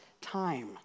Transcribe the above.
time